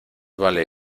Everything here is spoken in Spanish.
vale